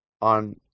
on